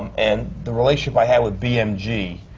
and the relationship i had with bmg,